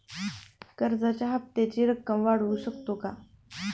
कर्जाच्या हप्त्याची रक्कम वाढवू शकतो का?